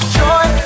joy